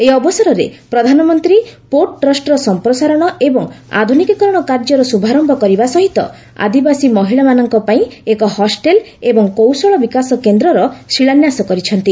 ଏହି ଅବସରରେ ପ୍ରଧାନମନ୍ତ୍ରୀ ପୋର୍ଟ ଟ୍ରଷ୍ଟର ସଂପ୍ରସାରଣ ଏବଂ ଆଧୁନିକୀକରଣ କାର୍ଯ୍ୟର ଶୁଭାରମ୍ଭ କରିବା ସହିତ ଆଦିବାସୀ ମହିଳାମାନଙ୍କ ପାଇଁ ଏକ ହଷ୍ଟେଲ୍ ଏବଂ କୌଶଳ ବିକାଶ କେନ୍ଦ୍ରର ଶିଳାନ୍ୟାସ କରିଛନ୍ତି